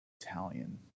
Italian